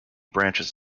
branches